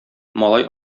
малай